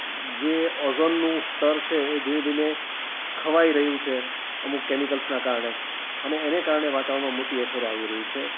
જે ઓઝોનનું સ્તર છે એ ધીમે ધીમે ખવાઈ રહ્યું છે અમુક કેમિકલ્સના કારણે અને એને કારણે વાતાવરણમાં મોટી અસરો આવી રહી છે